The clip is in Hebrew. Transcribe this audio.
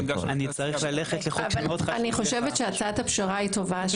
אני חושבת שהצעת הפשרה טובה,